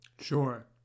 Sure